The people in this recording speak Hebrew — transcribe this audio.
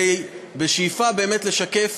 בשאיפה באמת לשקף